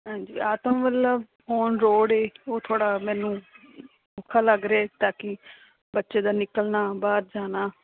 ਹਾਂਜੀ ਆਤਮ ਬੱਲਮ ਓਨ ਰੋਡ ਏ ਉਹ ਥੋੜ੍ਹਾ ਮੈਨੂੰ ਔਖਾ ਲੱਗ ਰਿਹਾ ਤਾਂ ਕਿ ਬੱਚੇ ਦਾ ਨਿਕਲਣਾ ਬਾਹਰ ਜਾਣਾ